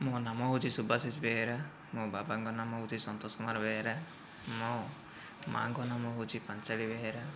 ମୋ ନାମ ହେଉଛି ସୁଭାଶିଷ ବେହେରା ମୋ ବାବାଙ୍କ ନାମ ହେଉଛି ସନ୍ତୋଷ କୁମାର ବେହେରା ମୋ ମା'ଙ୍କ ନାମ ହେଉଛି ପାଞ୍ଚାଳି ବେହେରା